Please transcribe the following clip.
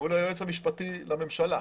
מול היועץ המשפטי לממשלה,